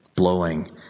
blowing